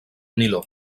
niló